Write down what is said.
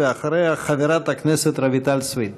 אחריה, חברת הכנסת רויטל סויד.